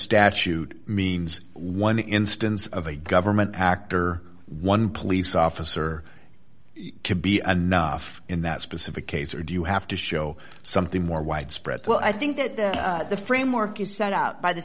statute means one instance of a government hacked or one police officer to be anough in that specific case or do you have to show something more widespread well i think that the framework is set out by the